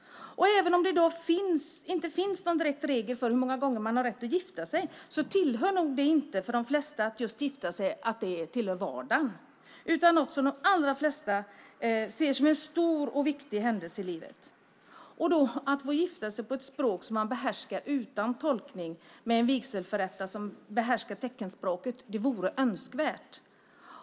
Även om det inte finns någon direkt regel för hur många gånger man har rätt att gifta sig tillhör nog för de flesta människor vigslar inte vardagen. De allra flesta ser det som en stor och viktig händelse i livet. Att få gifta sig på ett språk man behärskar utan tolkning med en vigselförrättare som behärskar teckenspråket vore önskvärt.